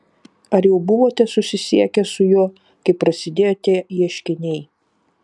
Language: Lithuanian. ar jau buvote susisiekęs su juo kai prasidėjo tie ieškiniai